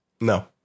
No